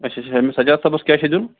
اچھااچھا أمِس سجاد صٲبس کیاہ چھُ دیُن